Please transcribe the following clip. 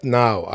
now